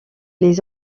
les